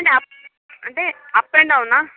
and అంటే up and down ఆ